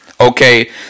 okay